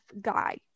guy